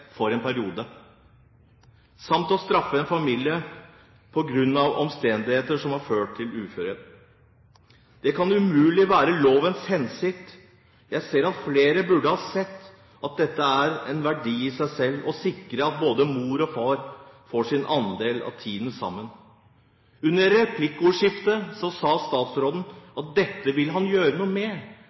for en periode samt å straffe en familie på grunn av omstendigheter som har ført til uførhet. Dette kan umulig være lovens hensikt. Jeg ser, og flere burde ha sett, at det er en verdi i seg selv å sikre at både mor og far får sin andel av tiden sammen med barnet. Under replikkordskiftet sa statsråden at dette ville han gjøre noe med,